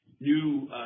new